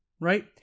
right